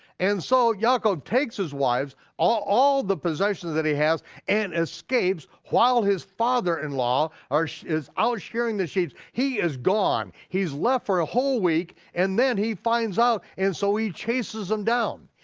and so yaakov takes his wives, all all the possessions that he has, and escapes while his father-in-law um is out, shearing the sheeps, he is gone, he's left for a whole week, and then he finds out and so he chases them down.